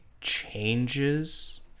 changes